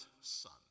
son